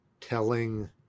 telling